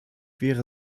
wäre